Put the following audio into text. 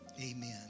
Amen